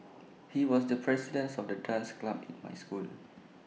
he was the presidence of the dance club in my school